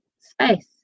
space